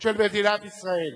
66 בעד, אין מתנגדים, אין נמנעים.